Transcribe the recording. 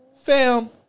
Fam